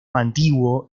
antiguo